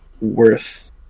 worth